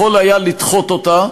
יכול היה לדחות אותה,